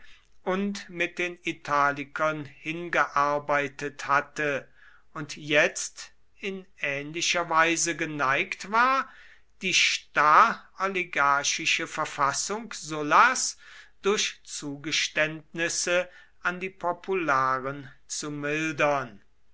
und mit den italikern hingearbeitet hatte und jetzt in ähnlicher weise geneigt war die starr oligarchische verfassung sullas durch zugeständnisse an die popularen zu mildern